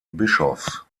bischofs